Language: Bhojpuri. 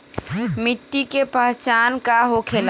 मिट्टी के पहचान का होखे ला?